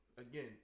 again